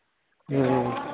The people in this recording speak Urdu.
جی جی